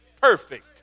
perfect